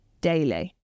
daily